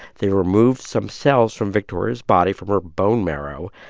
they removed some cells from victoria's body from her bone marrow.